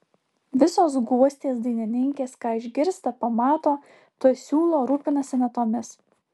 visos guostės dainininkės ką išgirsta pamato tuoj siūlo rūpinasi natomis